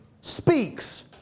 speaks